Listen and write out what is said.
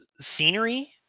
scenery